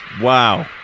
Wow